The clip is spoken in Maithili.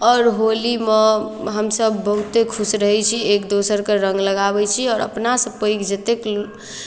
आओर होलीमे हमसभ बहुते खुश रहै छी एक दोसरके रङ्ग लगाबैत छी आओर अपनासँ पैघ जतेक